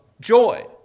joy